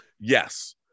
Yes